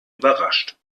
überrascht